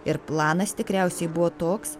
ir planas tikriausiai buvo toks